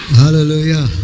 hallelujah